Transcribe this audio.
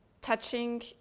touching